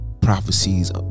prophecies